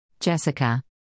Jessica